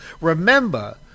Remember